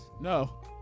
No